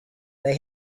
they